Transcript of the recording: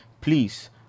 Please